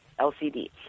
LCD